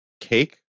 cake